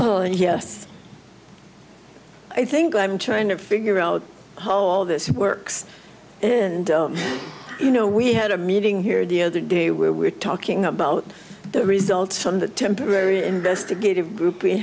and yes i think i'm trying to figure out how this works and you know we had a meeting here the other day we were talking about the results from the temporary investigative group